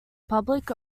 public